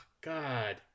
God